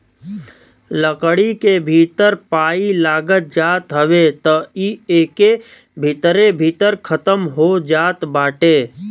लकड़ी के भीतर पाई लाग जात हवे त इ एके भीतरे भीतर खतम हो जात बाटे